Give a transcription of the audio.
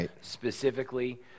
specifically